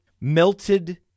melted